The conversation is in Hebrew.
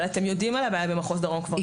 אבל אתם יודעים על הבעיה במחוז דרום.